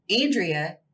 Andrea